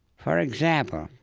for example,